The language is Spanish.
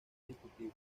ejecutivo